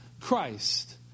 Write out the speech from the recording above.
Christ